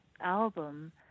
album